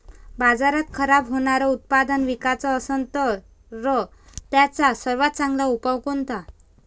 बाजारात खराब होनारं उत्पादन विकाच असन तर त्याचा सर्वात चांगला उपाव कोनता?